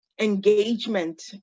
engagement